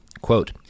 Quote